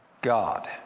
God